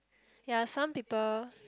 ya some people